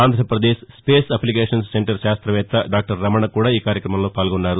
Andhra Pradesh space applications centre శాస్త్రవేత్త doctor Ramana కూడా ఈ కార్యక్రమంలో పాల్గొన్నారు